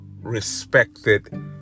respected